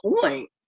point